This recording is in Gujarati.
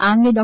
આ અંગે ડો